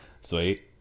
Sweet